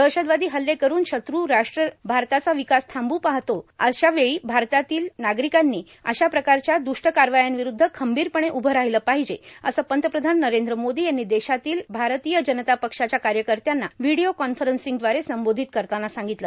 दहशतवादी हल्ले करून शत्रू राष्ट्र भारताचा विकास थांबू पाहतो असून अशावेळी देशातील नागरिकांनी अशाप्रकारच्या दृष्ट कारवायांविरूद्ध खंबीरपणे उभं राहिलं पाहिजे असं पंतप्रधान नरेंद्र मोदी यांनी देशभरातील भारतीय जनता पक्षाच्या कार्यकर्त्यांना व्हिडिओ कॉन्फरव्सिंगद्वारे संबोधित करताना सांगितलं